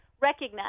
recognize